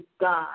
God